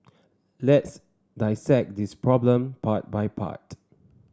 let's dissect this problem part by part